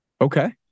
Okay